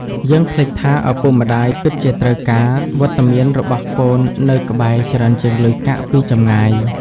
យើងភ្លេចថា ឪពុកម្តាយពិតជាត្រូវការ "វត្តមាន" របស់កូននៅក្បែរ ច្រើនជាង "លុយកាក់" ពីចម្ងាយ។